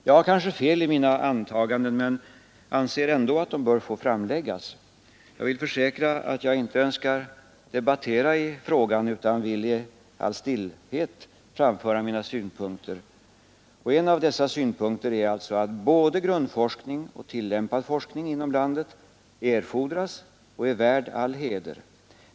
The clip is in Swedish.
Jag har kanske fel i mina antaganden — men jag anser ändå att de bör få framläggas. Jag vill försäkra att jag inte önskar debattera i frågan utan vill i all stillhet framföra mina synpunkter. Och en av dessa synpunkter är alltså att både grundforskning och tillämpad forskning inom landet erfordras och är värda all heder.